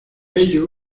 ello